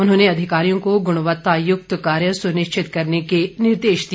उन्होंने अधिकारियों को गुणवत्तायुक्त कार्य सुनिश्चित करने के निर्देश दिए